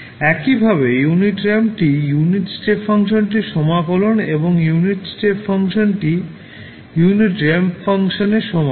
একইভাবে ইউনিট র্যাম্পটি unit step ফাংশনটির সমাকলন এবং ইউনিট স্টেপ ফাংশনটি ইউনিট ইমপালস ফাংশনের সমাকলন